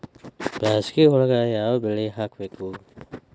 ಬ್ಯಾಸಗಿ ಒಳಗ ಯಾವ ಬೆಳಿ ಹಾಕಬೇಕು?